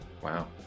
wow